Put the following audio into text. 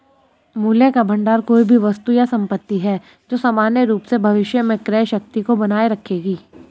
मूल्य का भंडार कोई भी वस्तु या संपत्ति है जो सामान्य रूप से भविष्य में क्रय शक्ति को बनाए रखेगी